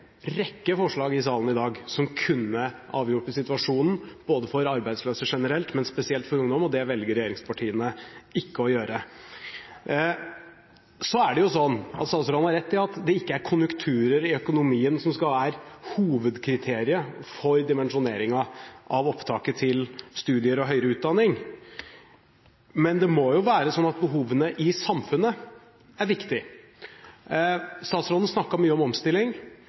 rekke forslag i salen i dag som kunne avhjelpe situasjonen for arbeidsløse generelt, men spesielt for ungdom, men det velger de ikke å gjøre. Statsråden har rett i at det ikke er konjunkturer i økonomien som skal være hovedkriteriet for dimensjoneringen av opptaket til studier og høyere utdanning. Men det må jo være sånn at behovene i samfunnet er viktig. Statsråden snakket mye om omstilling.